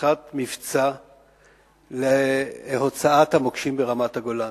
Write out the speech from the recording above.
מעריכת מבצע להוצאת המוקשים ברמת-הגולן.